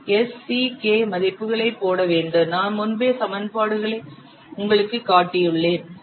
S C K மதிப்புகளை போட வேண்டும் நான் முன்பே சமன்பாடுகளை உங்களுக்குக் காட்டியுள்ளேன்